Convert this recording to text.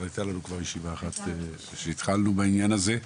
אבל הייתה לנו כבר ישיבה אחת שהתחלנו בעניין הזה.